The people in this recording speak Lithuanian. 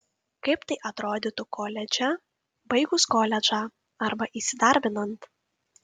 kaip tai atrodytų koledže baigus koledžą arba įsidarbinant